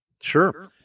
Sure